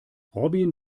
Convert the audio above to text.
robin